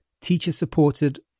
teacher-supported